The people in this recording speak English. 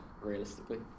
realistically